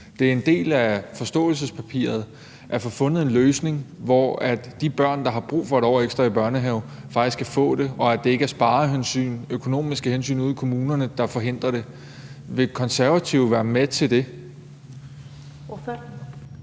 Det er en del af forståelsespapiret at få fundet en løsning, hvor de børn, der har brug for et år ekstra i børnehaven, faktisk kan få det, og hvor det ikke er sparehensyn, økonomiske hensyn, ude i kommunerne, der forhindrer det. Vil Konservative være med til det? Kl.